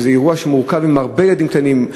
זה אירוע שמורכב מהרבה ילדים קטנים,